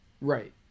Right